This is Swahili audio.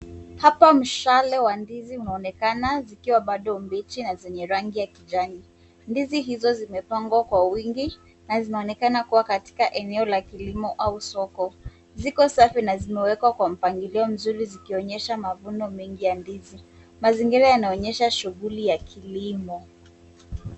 Hapa mshale wa ndizi unaonekana zikiwa bado mbichi na zenye rangi ya kijani. Ndizi hizo zimepangwa kwa wingi, na zinaonekana kuwa katika eneo la kilimo au soko. Ziko safi na zimewekwa kwa mpangilio mzuri zikionyesha mavuno mengi ya ndizi. Mazingira yanaonyesha shughuli ya kilimo.